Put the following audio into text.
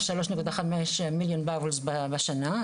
ב־3.5 מיליון חביות נפט בשנה,